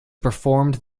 performed